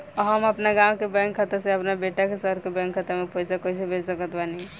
हम अपना गाँव के बैंक खाता से अपना बेटा के शहर के बैंक खाता मे पैसा कैसे भेज सकत बानी?